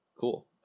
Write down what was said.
Cool